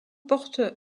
portent